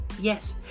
Yes